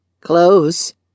Close